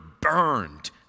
burned